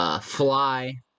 fly